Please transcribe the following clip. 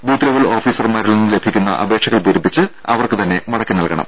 booth level ഓഫീസർമാരിൽ നിന്ന് ലഭിക്കുന്ന അപേക്ഷകൾ പൂരിപ്പിച്ച് അവർക്ക് തന്നെ മടക്കി നൽകണം